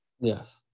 Yes